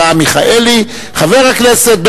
חבר הכנסת אברהם מיכאלי,